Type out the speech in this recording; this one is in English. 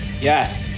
Yes